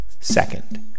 Second